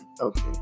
okay